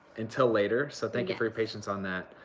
until later, so thank you for your patience on that.